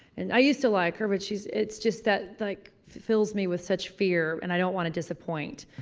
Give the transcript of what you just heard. and i used to like her but she's. it's just that, like feels me with such fear and i don't want to disappoint.